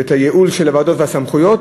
ואת הייעול של הוועדות והסמכויות,